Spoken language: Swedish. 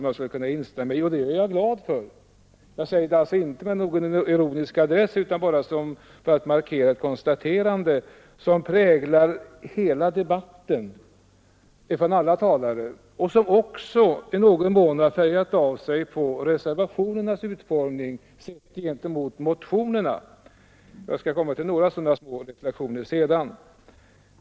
Jag säger det alltså inte med någon ironisk adress utan bara för att markera vad som präglar hela debatten och alla talare och som också i någon mån har färgat av sig på reservationernas utformning, sedd gentemot motionernas. Jag skall komma till några små reflexioner i det sammanhanget sedan.